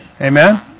Amen